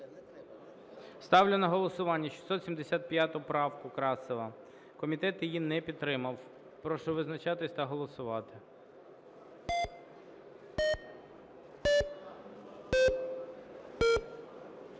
Ставлю на голосування 720 правку Кальцева. Комітетом не підтримати. Прошу визначатись та голосувати.